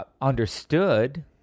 understood